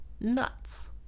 Nuts